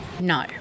No